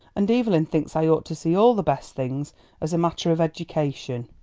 and evelyn thinks i ought to see all the best things as a matter of education.